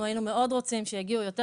אנחנו היינו מאוד רוצים שיגיעו יותר